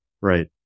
Right